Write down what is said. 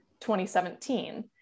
2017